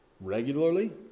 regularly